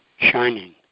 shining